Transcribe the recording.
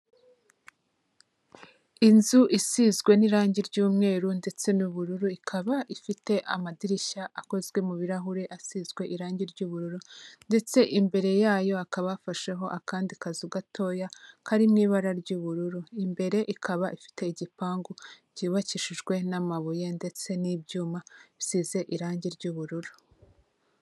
Inzu isizwe n'irangi ry'umweru ndetse n'ubururu, ikaba ifite amadirishya akozwe mu birarahure asizwe irangi ry'ubururu ndetse imbere yayo hakaba hafasheho akandi kazu gatoya kari mu ibara ry'ubururu. Imbere ikaba ifite igipangu cyubakishijwe n'amabuye ndetse n'ibyuma bisize irangi ry'ubururu.